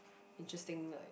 interesting night